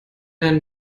ein